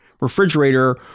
refrigerator